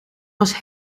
was